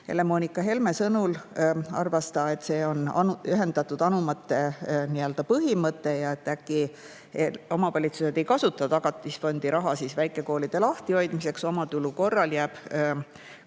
Helme oli enda sõnul arvanud, et see on ühendatud anumate põhimõte ja et äkki omavalitsused ei kasuta tagatisfondi raha väikekoolide lahtihoidmiseks, ning omatulu korral,